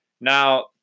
now